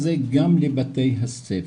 את השיח הזה גם לבתי הספר,